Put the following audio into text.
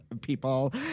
people